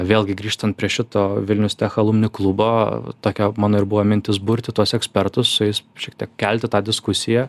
vėlgi grįžtant prie šito vilnius tech alumni klubo tokia mano ir buvo mintis burti tuos ekspertus su jais šiek tiek kelti tą diskusiją